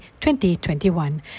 2021